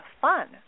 fun